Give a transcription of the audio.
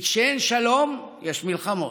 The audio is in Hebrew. כי כשאין שלום, יש מלחמות.